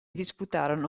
disputarono